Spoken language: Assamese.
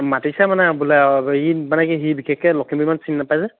মাতিছে মানে বোলে সি মানে কি সি বিশেষকৈ লখিমপুৰখন চিনি নাপায় যে